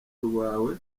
rwawe